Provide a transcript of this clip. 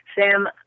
Sam